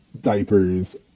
diapers